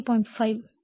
5 o